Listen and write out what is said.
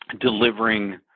delivering